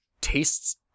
tastes